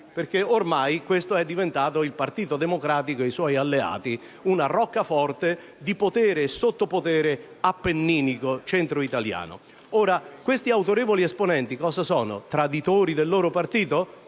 Ormai questo è diventato il Partito Democratico insieme ai suoi alleati: una roccaforte di potere e sottopotere appenninico e centro-italiano. Questi autorevoli esponenti sono forse traditori del loro partito?